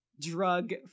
drug